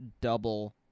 double